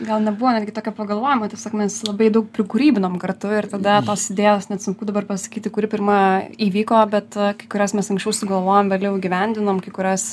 gal nebuvo netgi tokio pagalvojimo tiesiog mes labai daug prikūrybinom kartu ir tada tos idėjos net sunku dabar pasakyti kuri pirma įvyko bet kurias mes anksčiau sugalvojom vėliau įgyvendinom kai kurias